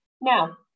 Now